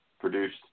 produced